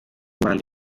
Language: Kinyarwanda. manda